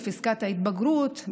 בפסקת ההתגברות,